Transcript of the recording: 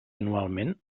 anualment